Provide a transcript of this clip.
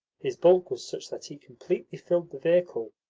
his bulk was such that he completely filled the vehicle.